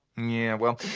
yeah well,